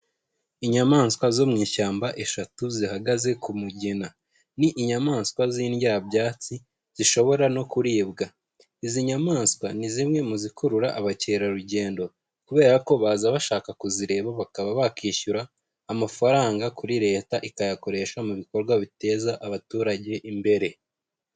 Inyamaswa zo mu shyamba eshatu zihagaze ku mugina. N'inyamaswa z'indyabyatsi, zishobora no kuribwa. Izi nyamanswa ni zimwe mu zikurura abakerarugendo, kubera ko baza bashaka kuzireba bakaba bakishyura, amafaranga kuri leta ikayakoresha mu bikorwa biteza abaturage imbere.